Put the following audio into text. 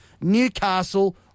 Newcastle